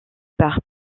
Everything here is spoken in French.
par